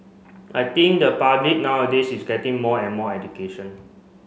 I think the public nowadays is getting more and more education